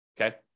Okay